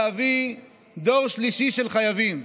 להביא דור שלישי של חייבים.